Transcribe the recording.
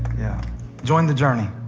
join the journey.